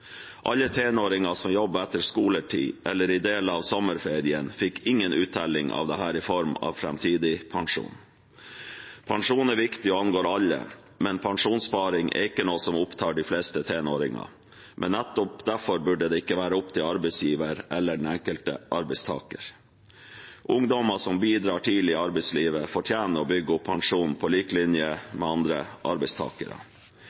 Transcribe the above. Alle tenåringer som jobber etter skoletid eller i deler av sommerferien, fikk ingen uttelling for dette i form av framtidig pensjon. Pensjon er viktig og angår alle, men pensjonssparing er ikke noe som opptar de fleste tenåringer. Nettopp derfor burde det ikke være opp til arbeidsgiver eller den enkelte arbeidstaker. Ungdommer som bidrar tidlig i arbeidslivet, fortjener å bygge opp pensjon på lik